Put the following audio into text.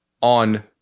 on